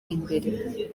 imbere